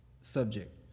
subject